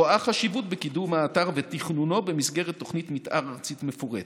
רואה חשיבות בקידום האתר ותכנונו במסגרת תוכנית מתאר ארצית" מפורטת.